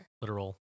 literal